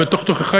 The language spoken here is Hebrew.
בתוך תוכך,